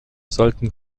sollten